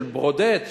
של ברודט,